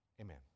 Amen